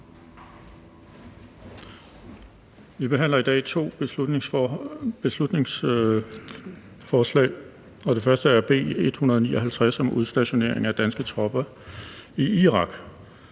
Vi behandler i dag to beslutningsforslag. Det første er B 159 om udstationering af danske tropper i Irak.